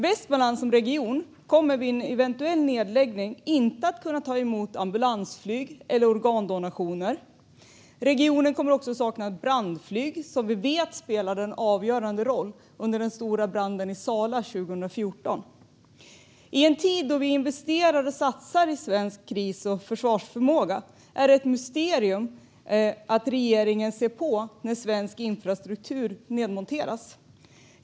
Västmanland som region kommer vid en eventuell nedläggning inte att kunna ta emot ambulansflyg eller organdonationer. Regionen kommer också att sakna brandflyg, något som vi vet spelade en avgörande roll under den stora branden i Sala 2014. I en tid då vi investerar i och satsar på svensk kris och försvarsförmåga är det ett mysterium att regeringen ser på när svensk infrastruktur nedmonteras.